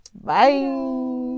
Bye